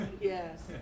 yes